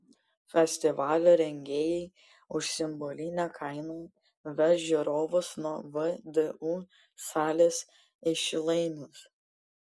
festivalio rengėjai už simbolinę kainą veš žiūrovus nuo vdu salės į šilainius